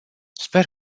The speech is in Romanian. sper